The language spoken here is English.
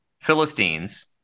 Philistines